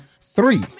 three